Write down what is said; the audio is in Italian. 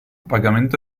pagamento